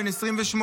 בן 28,